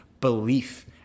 belief